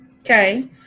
okay